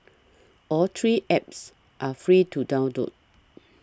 all three apps are free to down